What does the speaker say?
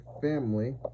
family